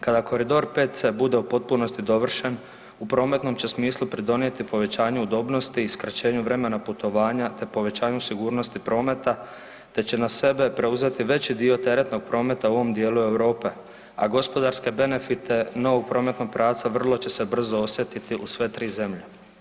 Kada koridor 5C bude u potpunosti dovršen u prometnom će smislu pridonijeti povećanju udobnosti i skraćenju vremena putovanja te povećanju sigurnosti prometa te će na sebe preuzeti veći dio teretnog prometa u ovom dijelu Europe, a gospodarske benefite novog prometnog pravca vrlo će se brzo osjetiti u sve tri zemlje.